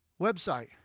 website